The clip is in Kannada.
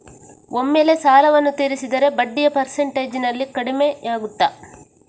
ಒಮ್ಮೆಲೇ ಸಾಲವನ್ನು ತೀರಿಸಿದರೆ ಬಡ್ಡಿಯ ಪರ್ಸೆಂಟೇಜ್ನಲ್ಲಿ ಕಡಿಮೆಯಾಗುತ್ತಾ?